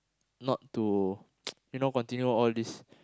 not to you know continue all these